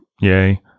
Yay